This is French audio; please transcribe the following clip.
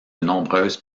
nombreuses